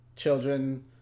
Children